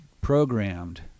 programmed